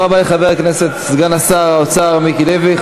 תודה רבה לחבר הכנסת סגן שר האוצר מיקי לוי.